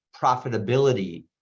profitability